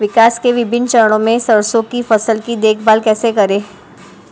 विकास के विभिन्न चरणों में सरसों की फसल की देखभाल कैसे करें?